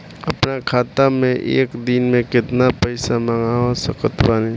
अपना खाता मे एक दिन मे केतना पईसा मँगवा सकत बानी?